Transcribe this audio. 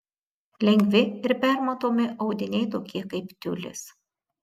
lengvi ir permatomi audiniai tokie kaip tiulis